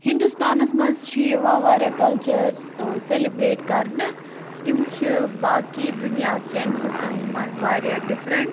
ہندوستانَس منٛز چھِ یِوان واریاہ کَلچٲرٕس ٲں سیٚلِبرٛیٹ کَرنہٕ تِم چھِ باقی دُنیاکیٚن حِصَن منٛز واریاہ ڈِفریٚنٛٹ